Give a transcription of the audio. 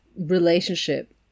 relationship